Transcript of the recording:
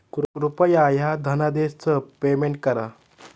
कृपया ह्या धनादेशच पेमेंट करा